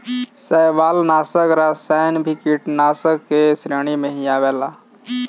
शैवालनाशक रसायन भी कीटनाशाक के श्रेणी में ही आवेला